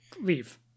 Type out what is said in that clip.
leave